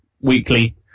weekly